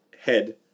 head